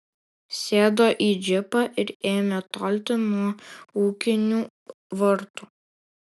sėdo į džipą ir ėmė tolti nuo ūkinių vartų